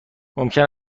ممکن